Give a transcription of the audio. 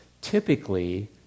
typically